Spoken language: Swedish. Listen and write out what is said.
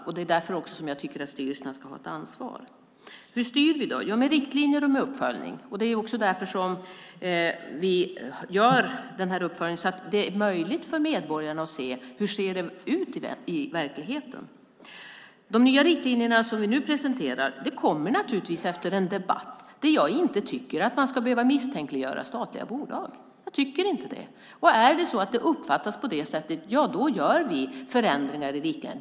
Det är också därför som jag tycker att styrelserna ska ha ett ansvar. Hur styr vi då? Jo, vi styr med riktlinjer och med uppföljning. Vi gör också den här uppföljningen för att det ska vara möjligt för medborgarna att se hur det ser ut i verkligheten. De nya riktlinjer som vi nu presenterar kommer naturligtvis efter en debatt. Jag tycker inte att man ska behöva misstänkliggöra statliga bolag. Jag tycker inte det. Är det så att det uppfattas på det sättet gör vi förändringar i riktlinjerna.